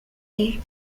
lay